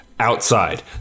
Outside